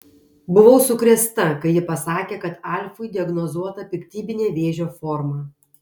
buvau sukrėsta kai ji pasakė kad alfui diagnozuota piktybinė vėžio forma